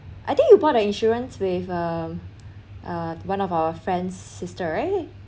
I think you bought the insurance with uh uh one of our friend's sister right